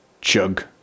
chug